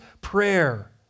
prayer